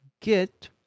get